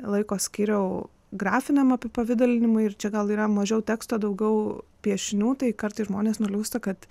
laiko skyriau grafiniam apipavidalinimui ir čia gal yra mažiau teksto daugiau piešinių tai kartais žmonės nuliūsta kad